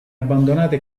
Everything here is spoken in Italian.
abbandonata